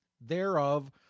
thereof